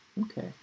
Okay